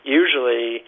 usually